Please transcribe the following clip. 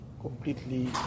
completely